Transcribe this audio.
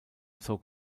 zog